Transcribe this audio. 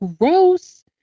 gross